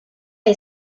est